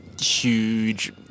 huge